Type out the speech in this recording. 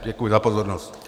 Děkuji za pozornost.